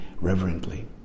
reverently